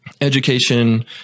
education